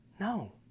No